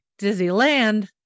disneyland